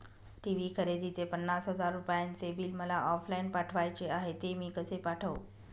TV खरेदीचे पन्नास हजार रुपयांचे बिल मला ऑफलाईन पाठवायचे आहे, ते मी कसे पाठवू?